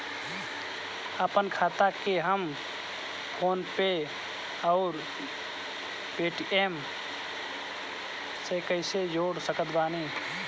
आपनखाता के हम फोनपे आउर पेटीएम से कैसे जोड़ सकत बानी?